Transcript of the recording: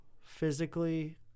physically